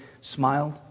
smiled